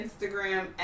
Instagram